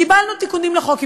קיבלנו תיקונים לחוק.